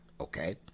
okay